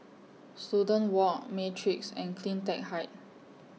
Student Walk Matrix and CleanTech Height